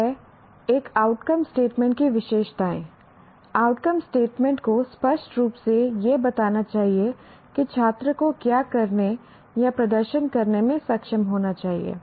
अब है एक आउटकम स्टेटमेंट की विशेषताएँ आउटकम स्टेटमेंट को स्पष्ट रूप से यह बताना चाहिए कि छात्र को क्या करने या प्रदर्शन करने में सक्षम होना चाहिए